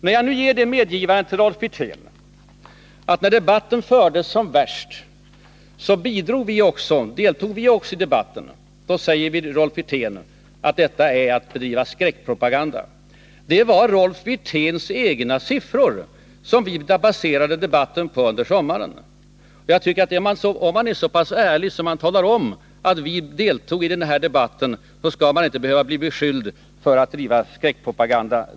När jag nu gör medgivandet, Rolf Wirtén, att också vi deltog i debatten när den fördes som värst i höstas, då säger Rolf Wirtén att det är att bedriva ”skräckpropaganda”. Men det var Rolf Wirténs egna siffror som vi baserade debatten på. Om jag öppet och ärligt medger att moderaterna deltog i den debatten, skall man inte behöva bli beskylld för att bedriva skräckpropaganda.